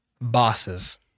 Bosses